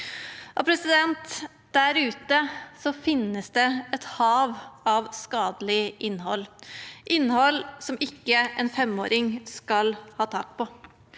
Der ute finnes det et hav av skadelig innhold, innhold som en femåring ikke skal ha tak i.